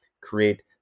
create